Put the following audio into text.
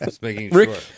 Rick